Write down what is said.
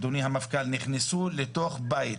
אדוני המפכ"ל, נכנסו לתוך בית,